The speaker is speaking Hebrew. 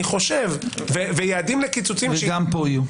וגם פה יהיו.